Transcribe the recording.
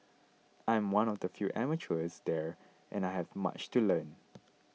I am one of the few amateurs there and I have much to learn